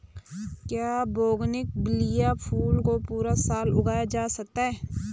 क्या बोगनविलिया फूल को पूरे साल उगाया जा सकता है?